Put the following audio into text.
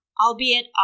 albeit